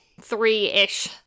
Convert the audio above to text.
three-ish